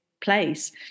place